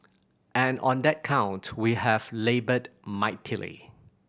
and on that count we have laboured mightily